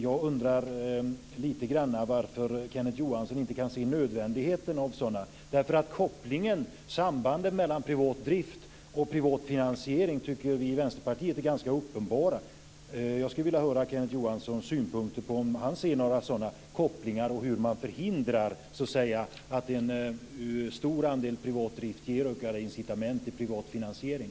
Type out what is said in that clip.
Jag undrar lite grann varför Kenneth Johansson inte kan se nödvändigheten av sådana. Vi i Vänsterpartiet tycker att sambanden mellan privat drift och privat finansiering är ganska uppenbara. Jag skulle vilja höra om Kenneth Johansson ser några sådana kopplingar och hur man förhindrar att en stor andel privat drift ger incitament till privat finansiering.